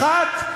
היא אחת,